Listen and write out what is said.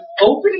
opening